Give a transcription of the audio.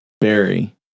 Barry